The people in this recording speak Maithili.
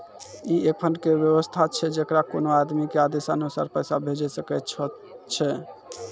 ई एक फंड के वयवस्था छै जैकरा कोनो आदमी के आदेशानुसार पैसा भेजै सकै छौ छै?